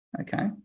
Okay